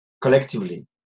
collectively